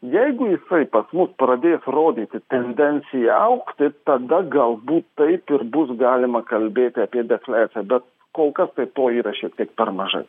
jeigu jisai pas mus pradės rodyti tendenciją augti tada galbūt taip ir bus galima kalbėti apie defliaciją bet kol kas tai to yra šiek tiek per mažai